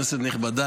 כנסת נכבדה,